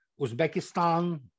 Uzbekistan